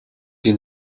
die